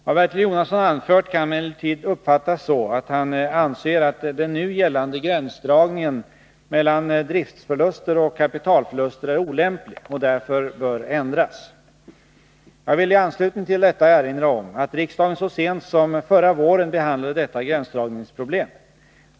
Vad Bertil Jonasson anfört kan emellertid uppfattas så, att han anser att den nu gällande gränsdragningen mellan driftförluster och kapitalförluster är olämplig och därför bör ändras. Jag vill i anslutning till detta erinra om att riksdagen så sent som förra våren behandlade detta gränsdragningsproblem.